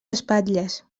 espatlles